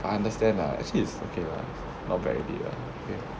I understand lah actually its okay lah not very uh you know